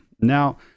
Now